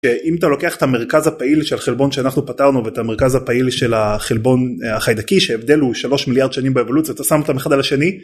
אם אתה לוקח את המרכז הפעיל של החלבון שאנחנו פתרנו ואת המרכז הפעיל של החלבון החיידקי שהבדל הוא 3 מיליארד שנים באבולוציה אתה שם אותם אחד על השני.